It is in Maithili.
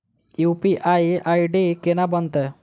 यु.पी.आई आई.डी केना बनतै?